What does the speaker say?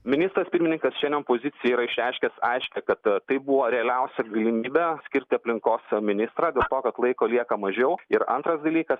ministras pirmininkas šiandien poziciją yra išreiškęs aiškią kad tai buvo realiausia galimybė skirti aplinkos ministrą dėl to kad laiko lieka mažiau ir antras dalykas